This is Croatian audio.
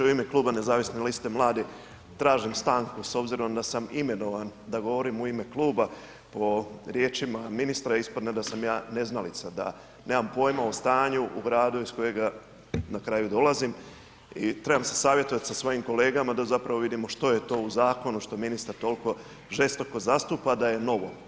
U ime Kluba Nezavisne liste mladih tražim stanku s obzirom da sam imenovan da govorim u ime kluba po riječima ministra ispadne da sam ja neznalica, da nemam poima o stanju u gradu iz kojega na kraju dolazim i trebam se savjetovati sa svojim kolegama da zapravo vidimo što je to u zakonu što ministar toliko žestoko zastupa da je novo.